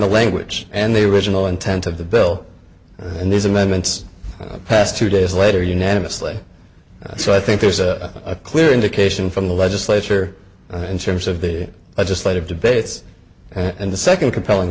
the language and the riginal intent of the bill and these amendments past two days later unanimously so i think there's a clear indication from the legislature in terms of the legislative debates and the second compelling